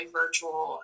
virtual